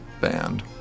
band